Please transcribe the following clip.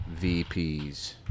VPs